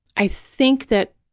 i think that